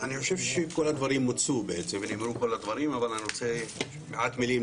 אני חושב שכל הדברים מוצו ונאמרו אבל אני רוצה להגיד מעט מילים